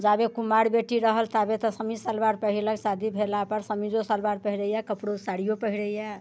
जाबै कुमारि बेटी रहल ताबै तऽ समीज सलवार पहिरलक शादी भेला पर समीजो सलवार पहिरैया कपड़ा साड़ियो पहिरैया